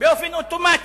באופן אוטומטי,